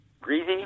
greasy